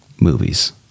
movies